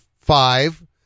five